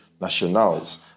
nationals